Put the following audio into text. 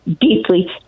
deeply